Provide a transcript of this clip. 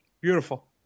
Beautiful